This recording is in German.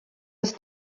ist